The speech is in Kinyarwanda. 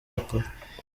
bakora